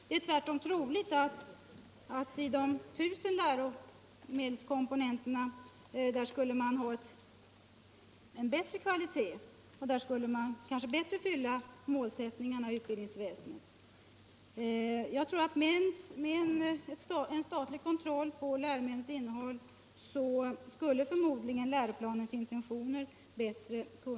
Det är tvärtom troligt att man i de 1 000 läromedelskomponenterna skulle ha en bättre kvalitet och att man där bättre skulle kunna fylla målsättningarna i utbildningsväsendet. Förmodligen skulle man med en statlig kontroll av läromedlens innehåll bättre kunna tillgodose läroplanens intentioner.